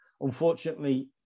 Unfortunately